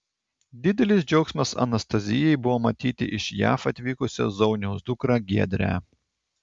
didelis džiaugsmas anastazijai buvo matyti iš jav atvykusią zauniaus dukrą giedrę